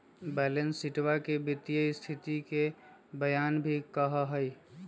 balance शीटवा के वित्तीय स्तिथि के बयान भी कहा हई